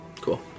Cool